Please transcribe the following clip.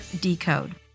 DECODE